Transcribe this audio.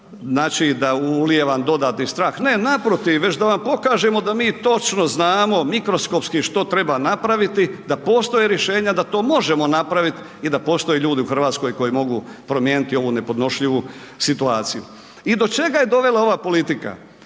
znači da ulijevam dodatni strah, ne naprotiv već da vam pokažemo da mi točno znamo, mikroskopski što treba napraviti da postoje rješenja da to možemo napravit i da postoje ljudi u Hrvatskoj koji promijeniti ovu nepodnošljivu situaciju. I do čega je dovela ova politika?